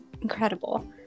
incredible